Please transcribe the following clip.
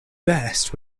best